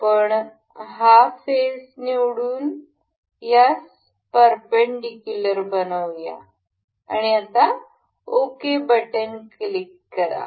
आपण हा फेस निवडून यास परपेंडिकुलर बनवूया आणि ओके वर क्लिक करा